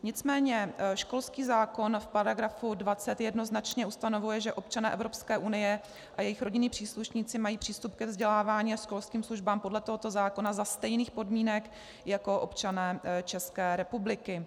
Nicméně školský zákon v § 20 jednoznačně ustanovuje, že občané Evropské unie a jejich rodinní příslušníci mají přístup ke vzdělávání a školským službám podle tohoto zákona za stejných podmínek jako občané České republiky.